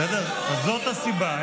אז זאת הסיבה.